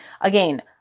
again